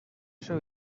seu